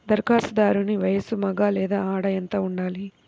ధరఖాస్తుదారుని వయస్సు మగ లేదా ఆడ ఎంత ఉండాలి?